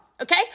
Okay